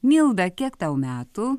milda kiek tau metų